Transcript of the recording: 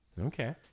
Okay